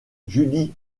julie